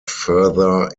further